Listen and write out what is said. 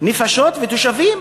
נפשות ותושבים,